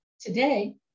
today